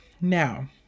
Now